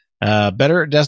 Better